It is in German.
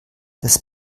das